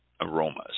aromas